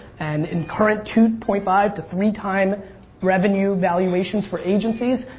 and in current two point five to three time revenue valuations for agencies,